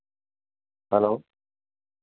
hello